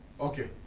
Okay